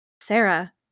sarah